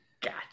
Gotcha